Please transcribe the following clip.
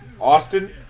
Austin